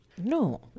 No